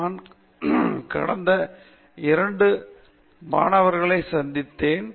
நான் கடந்த வாரம் 2 மாணவர்களை சந்தித்தேன்